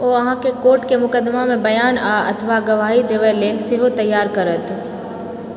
ओ अहाँकेँ कोर्टके मुकदमामे बयान आ अथवा गवाही देबए लेल सेहो तैयार करत